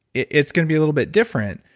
it's going to be a little bit different.